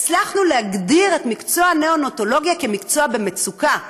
הצלחנו להגדיר את מקצוע הניאונטולוגיה כמקצוע במצוקה.